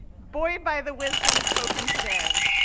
buoyed by the wisdom spoken today,